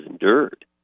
endured